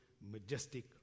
majestic